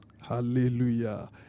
Hallelujah